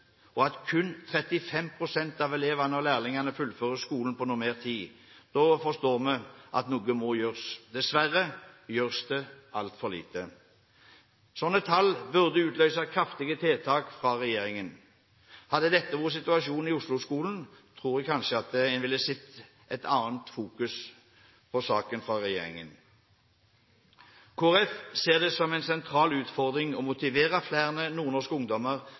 og at kun 35 pst. av elever og lærlinger fullfører skolen på normert tid, forstår vi at noe må gjøres. Dessverre gjøres det altfor lite. Slike tall burde utløst kraftige tiltak fra regjeringen. Hadde dette vært situasjonen i Osloskolen, tror jeg kanskje vi ville sett et helt annet fokus på saken fra regjeringen. Kristelig Folkeparti ser det som en sentral utfordring å motivere flere nordnorske ungdommer